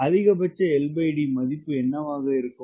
அதிகபட்ச LD மதிப்பு என்னவாக இருக்கும்